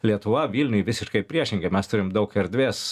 lietuva vilniuj visiškai priešingai mes turim daug erdvės